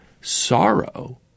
sorrow